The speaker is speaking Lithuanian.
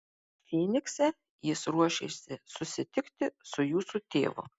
fynikse jis ruošėsi susitikti su jūsų tėvu